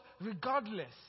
regardless